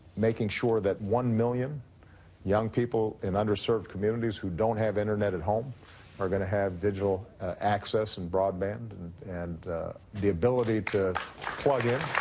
making sure that one million young people in underserved communities who don't have internet at home are going to have digital access and broadband and and the ability to plug in.